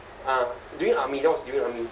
ah during army that was during army